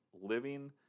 living